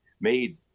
made